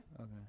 Okay